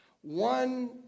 one